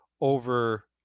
over